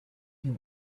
you